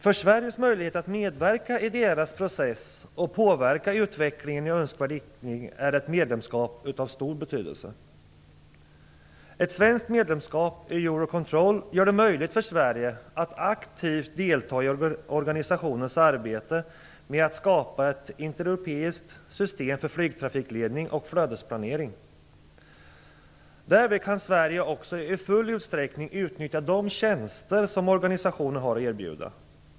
För Sveriges möjligheter att medverka i deras process och påverka utvecklingen i önskvärd riktning är ett medlemskap av stor betydelse. Ett svenskt medlemskap i Eurocontrol gör det möjligt för Sverige att aktivt delta i organisationens arbete med att skapa ett intereuropeiskt system för flygtrafikledning och flödesplanering. Därvid kan Sverige också i full utsträckning utnyttja de tjänster som organisationen har att erbjuda.